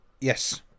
Yes